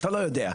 אתה לא יודע?